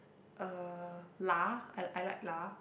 uh lah I I like lah